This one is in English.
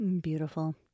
beautiful